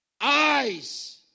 eyes